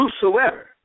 whosoever